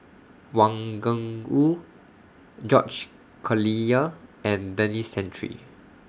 Wang Gungwu George Collyer and Denis Santry